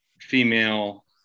female